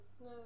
No